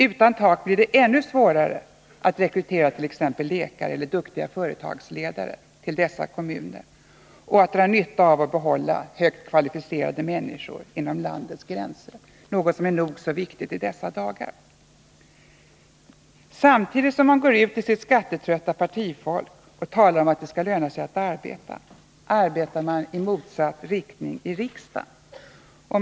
Utan tak blir det ännu svårare att rekrytera t.ex. läkare eller duktiga företagsledare till dessa kommuner och att dra nytta av och behålla högt kvalificerade människor inom landets gränser, något som är nog så viktigt i dessa dagar. Samtidigt som socialdemokraterna går ut till sitt skattetrötta partifolk och talar om att det skall löna sig att arbeta, arbetar man i motsatt riktning i riksdagen.